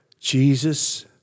Jesus